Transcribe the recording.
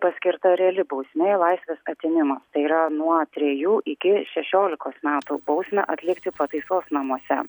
paskirta reali bausmė laisvės atėmimas tai yra nuo trejų iki šešiolikos metų bausmę atlikti pataisos namuose